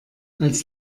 als